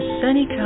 sunny